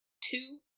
two